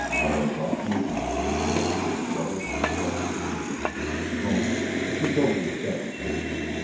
are as often as not tumultuous-blooded and self-sufficient, and prone to kick over the established traces.